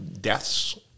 deaths